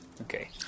Okay